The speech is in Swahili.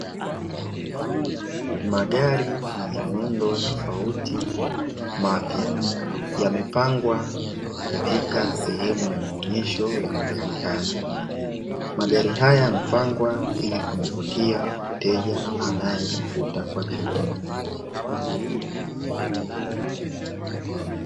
Magari yenye muundo tofauti mapya, yamepangwa katika sehemu ya maonyesho ya magari hayo, magari haya yamepangwa ili kumvutia mteja, anaye tafuta kwa ajili ya kununua.